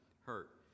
hurt